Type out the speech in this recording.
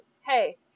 Hey